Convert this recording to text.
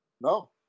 No